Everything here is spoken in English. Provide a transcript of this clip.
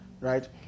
right